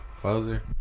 Closer